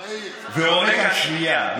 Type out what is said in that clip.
מאיר, שנייה.